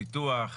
ביטוח.